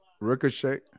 ricochet